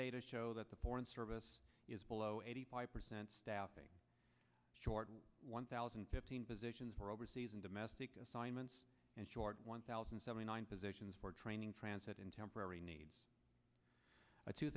data show that the foreign service is below eighty five percent staffing short one thousand and fifteen positions for overseas and domestic assignments and shored one thousand and seventy nine positions for ending transit in temporary needs a two